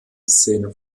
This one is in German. szene